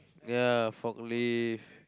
ya forklift